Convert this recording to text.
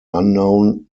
unknown